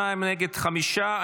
בעד, 32, נגד, חמישה.